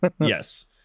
Yes